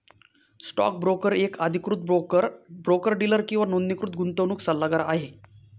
stock broker एक अधिकृत broker, broker dealer किंवा नोंदणीकृत गुंतवणूक सल्लागार आहे